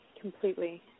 Completely